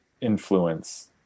influence